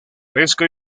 pesca